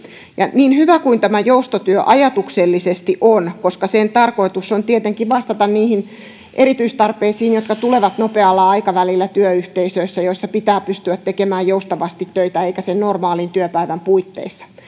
ja niin hyvä kuin tämä joustotyö ajatuksellisesti on koska sen tarkoitus on tietenkin vastata niihin erityistarpeisiin jotka tulevat nopealla aikavälillä työyhteisöissä joissa pitää pystyä tekemään joustavasti töitä eikä sen normaalin työpäivän puitteissa